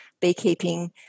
beekeeping